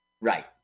Right